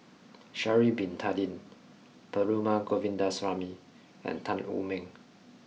Sha'ari Bin Tadin Perumal Govindaswamy and Tan Wu Meng